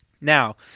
Now